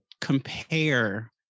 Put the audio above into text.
compare